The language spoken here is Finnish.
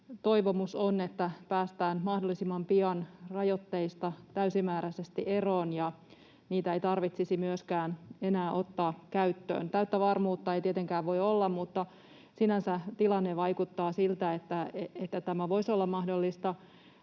toivomus on, että päästään mahdollisimman pian rajoitteista täysimääräisesti eroon ja että niitä ei tarvitsisi myöskään enää ottaa käyttöön. Täyttä varmuutta ei tietenkään voi olla, mutta sinänsä tilanne vaikuttaa siltä, että tämä voisi olla mahdollista.